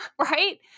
right